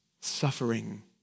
Suffering